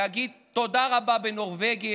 להגיד תודה רבה בנורבגית,